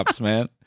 man